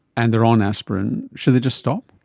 and they are on aspirin, should they just stop?